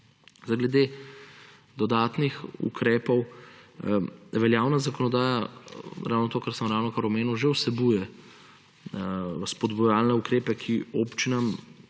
Glede dodatnih ukrepov; veljavna zakonodaja ravno to, kar sem ravnokar omenil, že vsebuje – spodbujevalne ukrepe, ki občinam